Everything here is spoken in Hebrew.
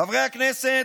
חברי הכנסת,